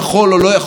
שהוא לא יכול,